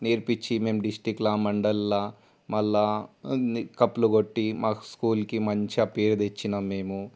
నేర్పించి మేము డిస్ట్రిక్ట్లో మండలంలో మళ్ళీ కప్పులు కొట్టి మా స్కూల్కి మంచిగా పేరు తెచ్చాము మేము